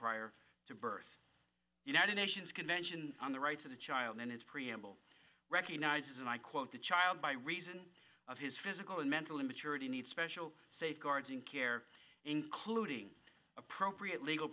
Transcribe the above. prior to birth united nations convention on the rights of the child in its preamble recognizes and i quote the child by reason of his physical and mental immaturity needs special safeguards in care including appropriate legal